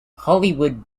hollywood